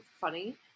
funny